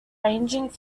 ranging